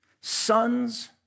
sons